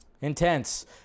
Intense